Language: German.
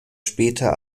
später